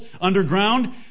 underground